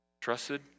Trusted